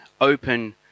open